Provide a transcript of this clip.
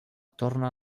torna